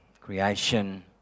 Creation